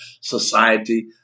society